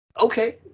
Okay